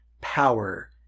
power